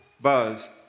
Buzz